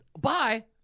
Bye